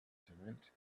consonant